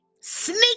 sneak